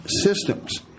systems